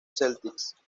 celtics